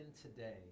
today